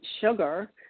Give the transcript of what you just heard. sugar